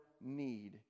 need